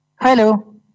Hello